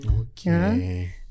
Okay